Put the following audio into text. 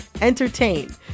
entertain